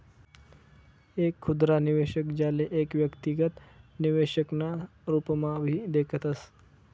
एक खुदरा निवेशक, ज्याले एक व्यक्तिगत निवेशक ना रूपम्हाभी देखतस